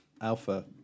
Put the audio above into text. alpha